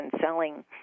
selling